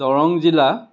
দৰং জিলা